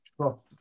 trust